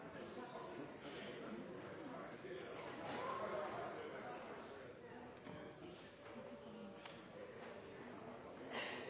som vi har, er det